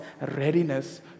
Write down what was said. readiness